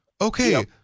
Okay